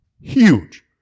Huge